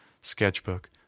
sketchbook